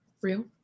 Real